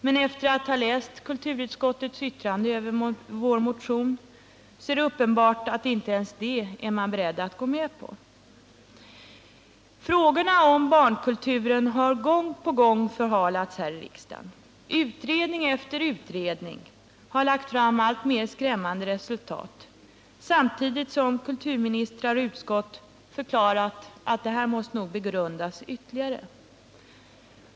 Men att döma av kulturutskottets yttrande över vår motion är det uppenbart att inte ens det är man beredd att gå med på. Frågorna om barnkulturen har gång på gång förhalats här i riksdagen. Utredning efter utredning har lagt fram alltmer skrämmande resultat samtidigt som kulturministrar och utskott förklarat att det här måste nog begrundas ytterligare.